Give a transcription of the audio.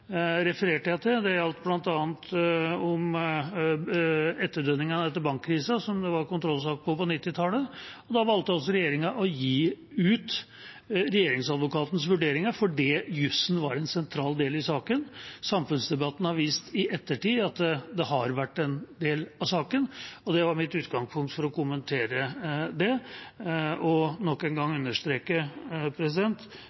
refererte jeg til. Det gjaldt bl.a. etterdønningene etter bankkrisen, som det var kontrollsak om på 1990-tallet. Da valgte regjeringa å gi ut Regjeringsadvokatens vurderinger fordi jussen var en sentral del av saken. Samfunnsdebatten har vist i ettertid at det har vært en del av saken, og det var mitt utgangspunkt for å kommentere det. Jeg vil nok en gang